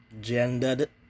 gendered